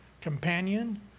companion